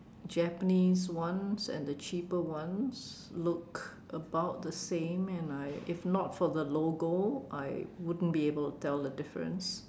Japanese ones and the cheaper ones look about the same and I if not for the logo I wouldn't be able to tell the difference